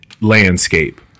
landscape